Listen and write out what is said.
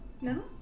No